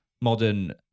modern